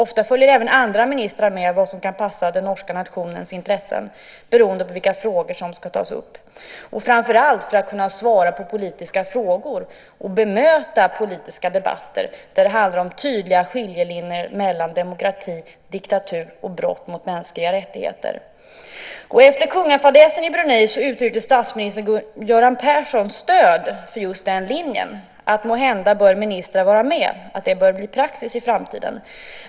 Ofta följer även andra ministrar med som kan passa den norska nationens intressen beroende på vilka frågor som ska tas upp, framför allt för att kunna svara på politiska frågor och bemöta politiska debatter där det handlar om tydliga skiljelinjer mellan demokrati, diktatur och brott mot mänskliga rättigheter. Efter kungafadäsen i Brunei uttryckte statsminister Göran Persson stöd för just den linjen: Måhända bör det bli praxis i framtiden att ministrar är med.